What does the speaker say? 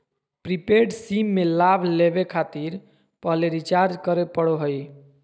prepaid SIM में लाभ लेबे खातिर पहले रिचार्ज करे पड़ो हइ